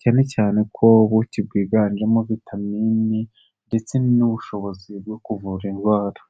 cyane cyane ko ubuki bwiganjemo vitaminini ndetse n'ubushobozi bwo kuvura indwara.